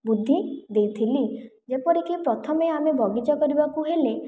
ବୁଦ୍ଧି ଦେଇଥିଲି ଯେପରିକି ପ୍ରଥମେ ଆମେ ବଗିଚା କରିବାକୁ ହେଲେ